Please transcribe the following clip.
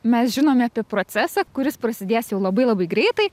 mes žinome apie procesą kuris prasidės jau labai labai greitai